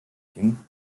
kim